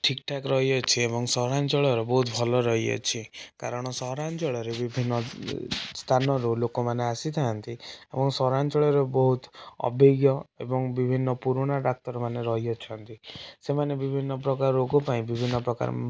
ଠିକ୍ଠାକ୍ ରହିଅଛି ଏବଂ ସହରାଞ୍ଚଳର ବହୁତଭଲ ରହିଅଛି କାରଣ ସହରାଞ୍ଚଳରେ ବିଭିନ୍ନ ସ୍ଥାନରୁ ଲୋକମାନେ ଆସିଥାଆନ୍ତି ଏବଂ ସହରାଞ୍ଚଳର ବହୁତ ଅଭିଜ୍ଞ ଏବଂ ବିଭିନ୍ନ ପୁରୁଣା ଡାକ୍ତରମାନେ ରହିଅଛନ୍ତି ସେମାନେ ବିଭିନ୍ନ ପ୍ରକାର ରୋଗପାଇଁ ବିଭିନ୍ନ ପ୍ରକାର